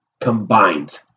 combined